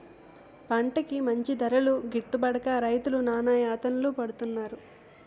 పంటకి మంచి ధరలు గిట్టుబడక రైతులు నానాయాతనలు పడుతున్నారు